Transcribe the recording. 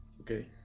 Okay